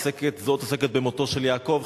זאת עוסקת במותו של יעקב,